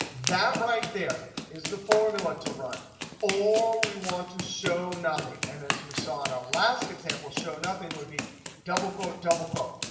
that right there is the formula to run or we want to show nothing. and as we saw in our last example, show nothing would be double quote, double quote.